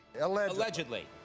Allegedly